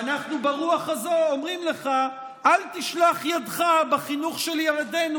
ואנחנו ברוח הזו אומרים לך: אל תשלח ידך אל החינוך של ילדינו,